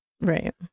Right